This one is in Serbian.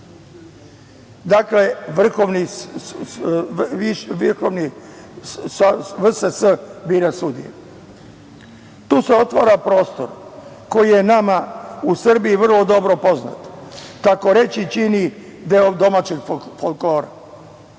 sudstva bira sudije. Tu se otvara prostor koji je nama u Srbiji vrlo dobro poznat, takoreći čini deo domaćeg folklora.